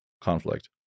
conflict